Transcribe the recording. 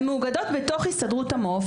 הן מאוגדות בתוך הסתדרות המעו"ף.